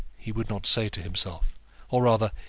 he would not say to himself or rather,